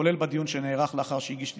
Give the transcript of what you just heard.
כולל בדיון שנערך לאחר שהגיש את